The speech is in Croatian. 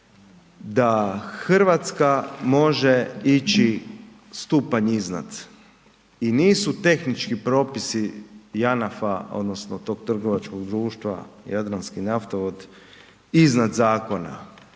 da Hrvatska može ići stupanj iznad. I nisu tehnički propisi JANAF-a odnosno tog trgovačkog društva Jadranski naftovod iznad zakona.